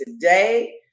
today